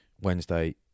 Wednesday